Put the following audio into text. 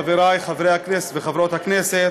חברי חברי הכנסת וחברות הכנסת,